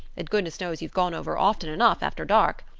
and goodness knows you've gone over often enough after dark.